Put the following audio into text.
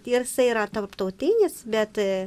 jis yra tarptautinis bet